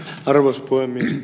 arvoisa puhemies